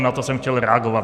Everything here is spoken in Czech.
Na to jsem chtěl reagovat.